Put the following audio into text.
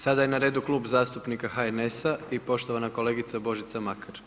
Sada je na redu Klub zastupnika HNS-a i poštovana kolegica Božica Makar.